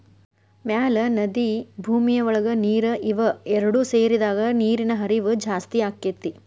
ಮ್ಯಾಲ ನದಿ ಭೂಮಿಯ ಒಳಗ ನೇರ ಇವ ಎರಡು ಸೇರಿದಾಗ ನೇರಿನ ಹರಿವ ಜಾಸ್ತಿ ಅಕ್ಕತಿ